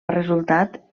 resultat